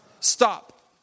stop